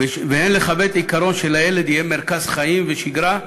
והן לכבד את העיקרון שלילד יהיה מרכז חיים ושגרה,